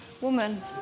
woman